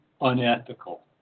unethical